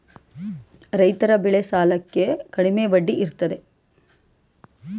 ರೈತರ ಬೆಳೆ ಸಾಲಕ್ಕೆ ಕಡಿಮೆ ಬಡ್ಡಿ ಇರುತ್ತದೆ